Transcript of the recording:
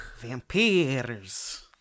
Vampires